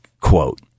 quote